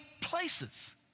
places